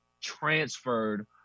transferred